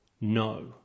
No